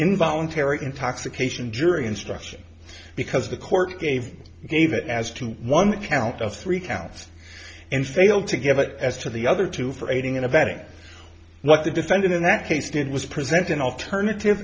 involuntary intoxication jury instruction because the court gave gave it as to one count of three counts and fail to give it as to the other two for aiding and abetting like the defendant in that case did was present an alternative